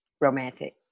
Romantic